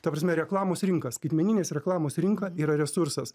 ta prasme reklamos rinka skaitmeninės reklamos rinka yra resursas